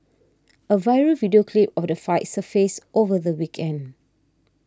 a viral video clip of the fight surfaced over the weekend